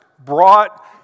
brought